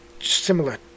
similar